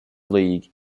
league